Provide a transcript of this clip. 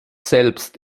selbst